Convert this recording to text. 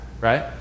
right